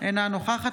אינו נוכח קארין אלהרר,